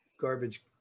garbage